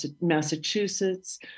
Massachusetts